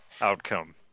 outcome